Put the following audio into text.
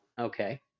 okay